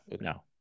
no